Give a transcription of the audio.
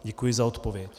Děkuji za odpověď.